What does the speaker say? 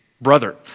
brother